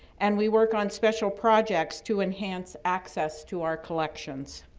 and we work on special projects to enhance access to our collections.